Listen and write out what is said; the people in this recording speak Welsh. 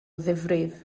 ddifrif